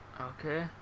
Okay